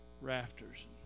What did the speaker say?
rafters